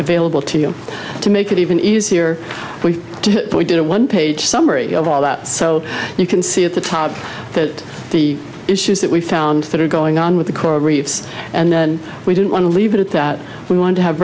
available to you to make it even easier we did a one page summary of all that so you can see at the top that the issues that we found that are going on with the coral reefs and we don't want to leave it at that we want to have